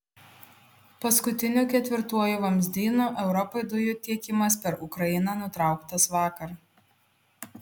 paskutiniu ketvirtuoju vamzdynu europai dujų tiekimas per ukrainą nutrauktas vakar